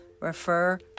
Refer